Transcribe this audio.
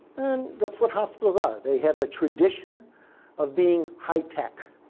and that's what hospitals are. they have a tradition of being high tech,